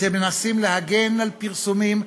אתם מנסים להגן על פרסומים,